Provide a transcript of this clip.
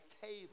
table